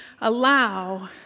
allow